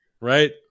Right